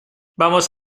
vamos